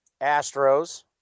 Astros